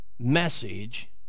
message